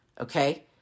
Okay